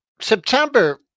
September